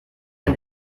ein